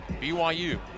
BYU